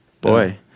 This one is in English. Boy